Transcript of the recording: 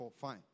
fine